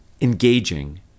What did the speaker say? engaging